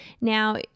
now